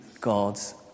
God's